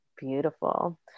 Beautiful